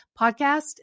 podcast